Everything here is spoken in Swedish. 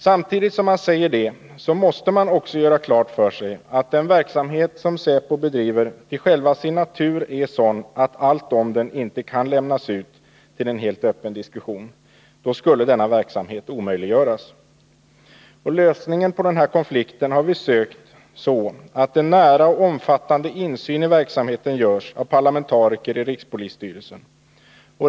Samtidigt som man säger detta måste man göra klart för sig att den verksamhet som säkerhetspolisen bedriver till själva sin natur är sådan att allt om den inte kan lämnas ut till en helt öppen diskussion. Då skulle denna verksamhet omöjliggöras. Lösningen på denna konflikt har vi sökt finna genom att låta en nära och omfattande insyn i verksamheten göras av parlamentariker i rikspolisstyrelsen.